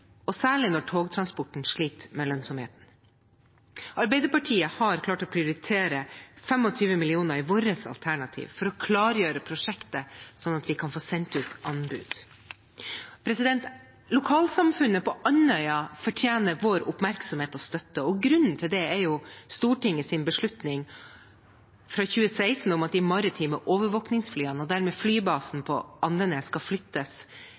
næringslivet, særlig når togtransporten sliter med lønnsomheten. Vi i Arbeiderpartiet har klart å prioritere 25 mill. kr i vårt alternativ, for å klargjøre prosjektet sånn at vi kan få sendt ut anbud. Lokalsamfunnet på Andøya fortjener vår oppmerksomhet og støtte, og grunnen til det er Stortingets beslutning fra 2016 om at de maritime overvåkningsflyene, og dermed flybasen på Andenes, skal flyttes